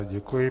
Děkuji.